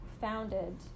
founded